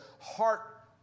heart